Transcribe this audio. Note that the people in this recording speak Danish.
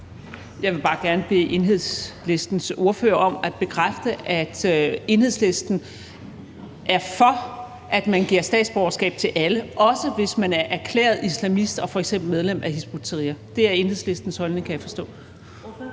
Jeg vil bare gerne bede Enhedslistens ordfører om at bekræfte, at Enhedslisten er for, at man giver statsborgerskab til alle, også hvis man er erklæret islamist og f.eks. medlem af Hizb ut-Tahrir. Det er Enhedslistens holdning, kan jeg forstå.